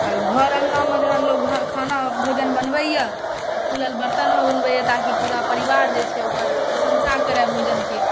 आ घर अङ्गनामे जहन लोक खाना भोजन बनबैया खुलल बर्तनमे बनबैया ताकि पुरा परिवार जे छै ओकर प्रशंसा करै ओ भोजनके